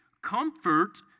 comfort